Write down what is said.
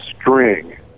string